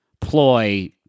ploy